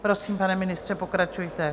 Prosím, pane ministře, pokračujte.